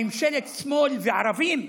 ממשלת שמאל וערבים?